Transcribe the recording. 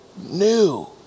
new